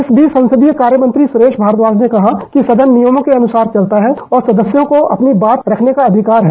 इस बीच संसदीय कार्य मंत्री सुरेश भारद्वाज ने कहा कि सदन नियमों के अनुसार चलता है और सदस्यों को अपनी बात रखने का अधिकार है